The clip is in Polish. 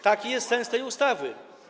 Taki jest sens tej ustawy.